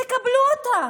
תקבלו אותה.